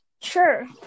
Sure